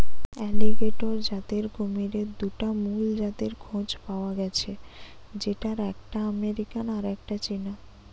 alligator জাতের কুমিরের দুটা মুল জাতের খোঁজ পায়া গ্যাছে যেটার একটা আমেরিকান আর একটা চীনা